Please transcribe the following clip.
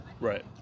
right